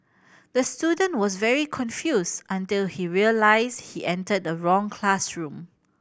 the student was very confused until he realised he entered the wrong classroom